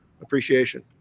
Appreciation